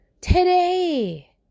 Today